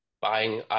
buying